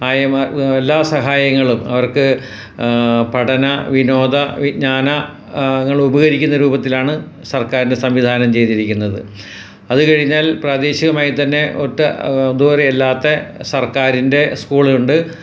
ആയമാർ എല്ലാ സഹായങ്ങളും അവർക്ക് പഠന വിനോദ വിജ്ഞാന ങ്ങള് ഉപകരിക്കുന്നൊരു രൂപത്തിലാണ് സർക്കാര് സംവിധാനം ചെയ്തിരിക്കുന്നത് അത് കഴിഞ്ഞാൽ പ്രാദേശികമായി തന്നെ ഒട്ടും ദൂരെയല്ലാത്തെ സർക്കാരിൻ്റെ സ്കൂള്ണ്ട്